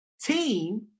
team